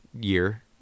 year